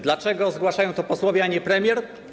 Dlaczego zgłaszają to posłowie, a nie premier?